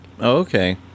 okay